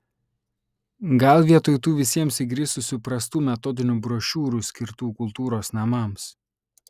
gal vietoj tų visiems įgrisusių prastų metodinių brošiūrų skirtų kultūros namams